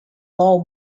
law